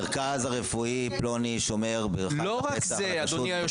מרכז רפואי פלוני שומר בחג הפסח על כשרות,